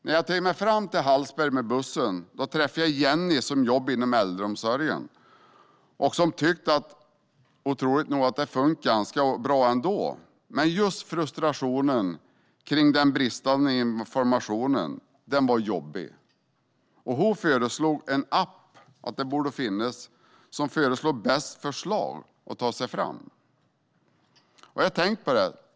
När jag trängde mig fram till Hallsberg med bussen träffade jag Jenny, som jobbar inom äldreomsorgen och - otroligt nog - tyckte att det funkar ganska bra ändå. Just frustrationen kring den bristande informationen tyckte hon dock var jobbig, och hon sa att det borde finnas en app som gav förslag på hur man bäst tar sig fram. Jag har tänkt på detta.